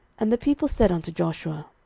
and the people said unto joshua,